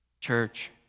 Church